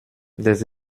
des